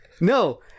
No